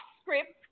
script